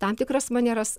tam tikras manieras